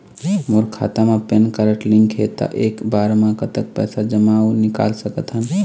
मोर खाता मा PAN card link हे ता एक बार मा कतक पैसा जमा अऊ निकाल सकथन?